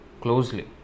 closely